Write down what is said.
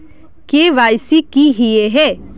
KYC की हिये है?